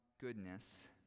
goodness